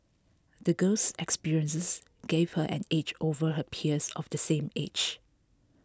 the girl's experiences gave her an edge over her peers of the same age